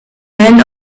men